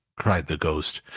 cried the ghost.